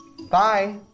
Bye